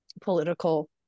political